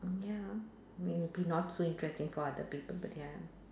ya maybe not so interesting for other people but ya